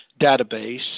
database